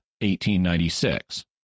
1896